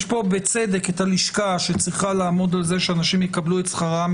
יש פה בצדק את הלשכה שצריכה לעמוד על זה שאנשים יקבלו את שכרם